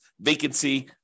vacancy